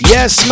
Yes